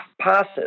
passes